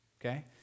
okay